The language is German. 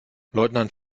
leutnant